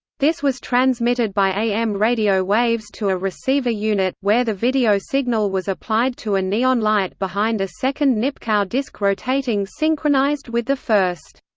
this was transmitted by am radio waves to a receiver unit, where the video signal was applied to a neon light behind a second nipkow disk rotating synchronized with the first.